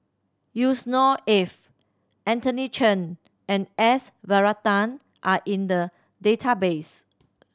Yusnor Ef Anthony Chen and S Varathan are in the database